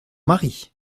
mari